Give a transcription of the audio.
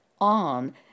on